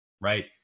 right